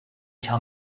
tell